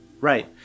Right